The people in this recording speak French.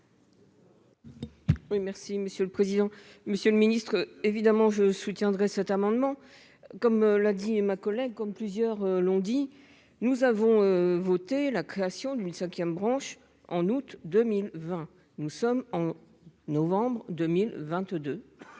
merci Monsieur le président, Monsieur le Ministre, évidemment je soutiendrai cet amendement comme l'a dit et ma collègue, comme plusieurs l'ont dit, nous avons voté la création d'une 5ème, branche en août 2020 nous sommes en novembre 2022,